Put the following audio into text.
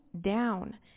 down